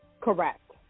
Correct